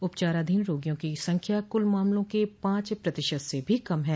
उपचाराधीन रोगियों की संख्या कुल मामलों के पांच प्रतिशत से भी कम है